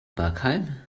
bergheim